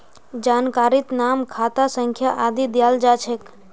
जानकारीत नाम खाता संख्या आदि दियाल जा छेक